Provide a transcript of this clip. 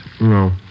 No